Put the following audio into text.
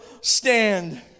stand